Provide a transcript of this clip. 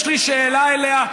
יש לי שאלה אליה,